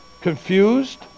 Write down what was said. confused